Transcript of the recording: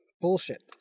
bullshit